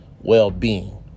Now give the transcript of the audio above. well-being